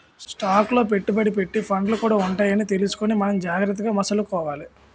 stock లో పెట్టుబడి పెట్టే ఫండ్లు కూడా ఉంటాయని తెలుసుకుని మనం జాగ్రత్తగా మసలుకోవాలి